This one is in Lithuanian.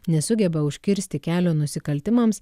nesugeba užkirsti kelio nusikaltimams